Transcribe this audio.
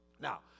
Now